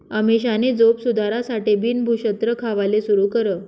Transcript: अमीषानी झोप सुधारासाठे बिन भुक्षत्र खावाले सुरू कर